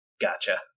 Gotcha